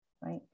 right